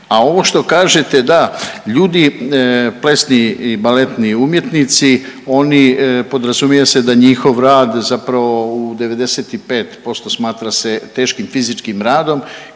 A ovo što kažete da, ljudi plesni i baletni umjetnici oni, podrazumijeva se da njihov rad zapravo u 95% smatra se teškim fizičkim radom